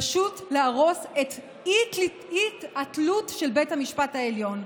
פשוט להרוס את האי-תלות של בית המשפט העליון.